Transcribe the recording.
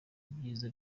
ibyiza